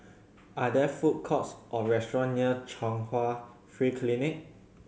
are there food courts or restaurant near Chung Hwa Free Clinic